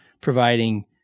providing